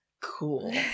Cool